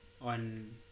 on